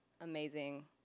amazing